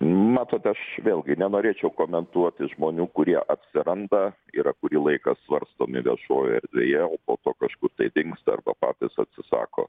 matot aš vėlgi nenorėčiau komentuoti žmonių kurie atsiranda yra kurį laiką svarstomi viešojoj erdvėje o po to kažkur dingsta arba patys atsisako